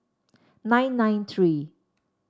nine nine three